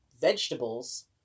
vegetables